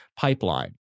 pipeline